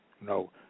No